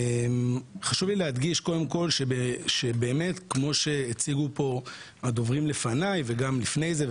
חשוב לי להדגיש שבאמת כמו שהציגו פה הדוברים לפניי וגם לפני זה,